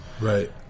Right